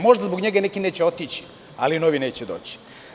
Možda zbog njega neki neće otići, ali novi neće doći.